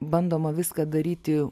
bandoma viską daryti